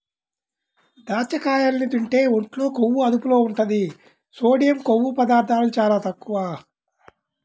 దాచ్చకాయల్ని తింటే ఒంట్లో కొవ్వు అదుపులో ఉంటది, సోడియం, కొవ్వు పదార్ధాలు చాలా తక్కువ